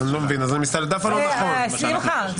שמחה,